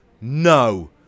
no